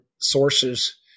sources